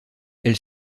elle